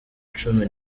cumi